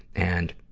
and,